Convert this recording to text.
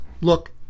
look